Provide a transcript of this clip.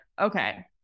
okay